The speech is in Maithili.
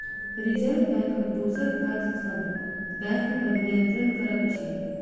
रिजर्व बैंकक दोसर काज सब बैंकपर नियंत्रण करब अछि